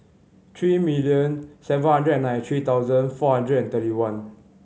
three million seven hundred and nine three thousand four hundred and thirty one